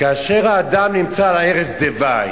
כאשר אדם נמצא על ערש דווי